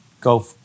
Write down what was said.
go